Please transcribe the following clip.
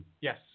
Yes